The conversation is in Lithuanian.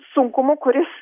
sunkumu kuris